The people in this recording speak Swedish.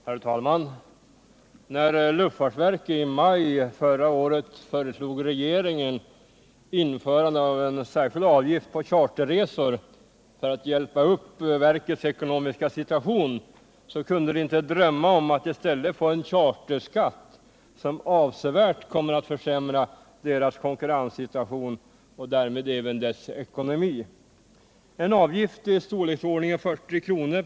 Herr talman! När luftfartsverket i maj förra året föreslog regeringen införandet av en särskild avgift på charterresor för att hjälpa upp verkets ekonomiska situation, kunde det inte drömma om att i stället få en charterskatt som avsevärt kommer att försämra verkets konkurrenssituation och därmed även dess ekonomi. En avgift i storleksordningen 40 kr.